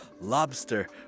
Lobster